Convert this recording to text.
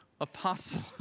apostle